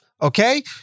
Okay